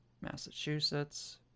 Massachusetts